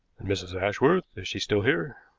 and mrs. ashworth, is she still here?